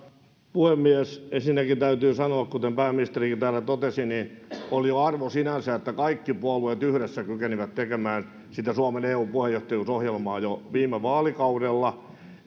puhemies ensinnäkin täytyy sanoa kuten pääministerikin täällä totesi että oli jo arvo sinänsä että kaikki puolueet yhdessä kykenivät tekemään sitä suomen eu puheenjohtajuusohjelmaa jo viime vaalikaudella